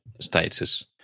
status